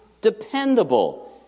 dependable